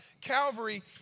Calvary